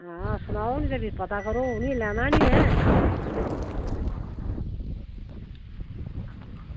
आं सनाओ भी पता करो हूनै ई लैना नी में